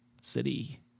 city